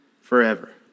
forever